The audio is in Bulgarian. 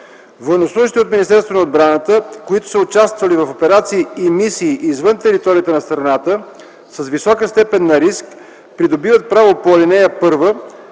Военнослужещи от Министерство на отбраната, които са участвали в операции и мисии, извън територията на страната, с висока степен на риск, придобиват право по ал. 1,